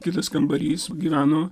kitas kambarys gyveno